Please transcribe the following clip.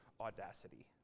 audacity